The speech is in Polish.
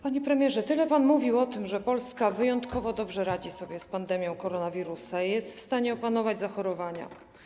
Panie premierze, tyle pan mówił o tym, że Polska wyjątkowo dobrze radzi sobie z pandemią koronawirusa, że jest w stanie opanować zachorowania.